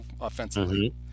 offensively